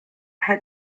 had